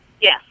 Yes